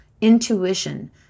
intuition